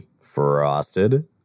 Frosted